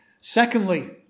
Secondly